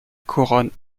couronne